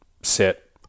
sit